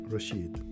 Rashid